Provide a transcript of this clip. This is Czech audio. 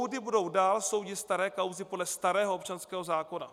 Soudy budou dál soudit staré kauzy podle starého občanského zákona.